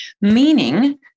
Meaning